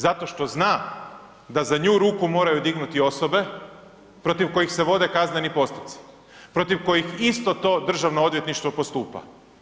Zato što zna da za nju ruku moraju dignuti osobe protiv koje se vode kazneni postupci, protiv kojih isto to Državno odvjetništvo postupa.